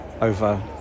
over